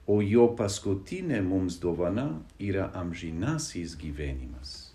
o jo paskutinė mums dovana yra amžinasis gyvenimas